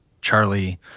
Charlie